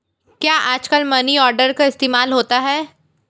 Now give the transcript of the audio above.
क्या आजकल money order का इस्तेमाल होता है?